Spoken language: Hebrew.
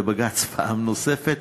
בבג"ץ פעם נוספת,